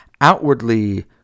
outwardly